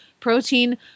protein